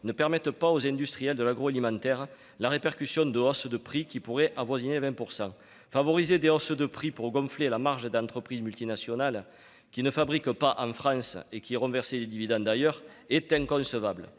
ne permette pas aux industriels de l'agroalimentaire la répercussion de hausses qui pourraient avoisiner 20 %. Favoriser des hausses de prix pour gonfler la marge d'entreprises multinationales qui ne fabriquent pas en France, et qui iront verser des dividendes ailleurs, est inconcevable.